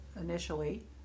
initially